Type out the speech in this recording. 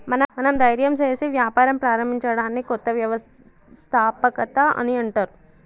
మనం ధైర్యం సేసి వ్యాపారం ప్రారంభించడాన్ని కొత్త వ్యవస్థాపకత అని అంటర్